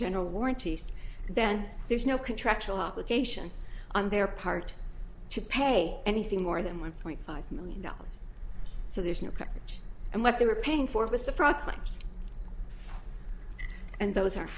general warranties then there's no contractual obligation on their part to pay anything more than one point five million dollars so there's no coverage and what they were paying for was th